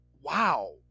wow